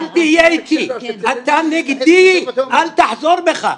אל תהיה איתי, אתה נגדי, אל תחזור בך.